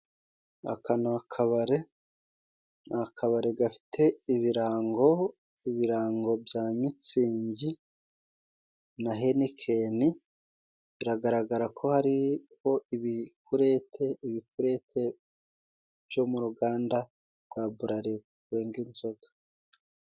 Aka ni akabare, ni akabari gafite ibirango. Ibirango bya Mitsingi na Henikeni, biragaragara ko hariho ibikurete. Ibikurete byo mu ruganda rwa Burarirwa rwenga inzoga.